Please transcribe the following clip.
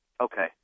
Okay